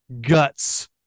guts